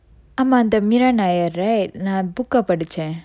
ஆமா அந்த:aama antha meena nayr right நான்:nan book eh படிச்சன்:padichan